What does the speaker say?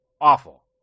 Awful